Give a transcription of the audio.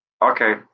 Okay